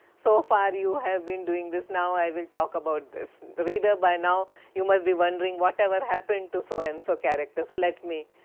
so ah far you have been doing this. now i will talk about this. reader, by now you must be wondering whatever happened to so and so character, so let me,